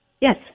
Yes